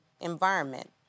environment